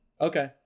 Okay